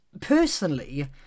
personally